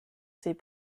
ses